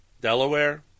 Delaware